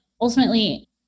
ultimately